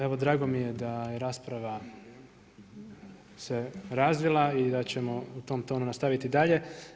Evo drago mi je da se rasprava razvila i da ćemo u tom tonu nastaviti dalje.